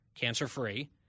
cancer-free